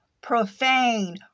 profane